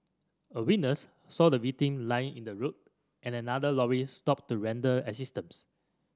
a witness saw the victim lying in the road and another lorry stopped to render assistance